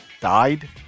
died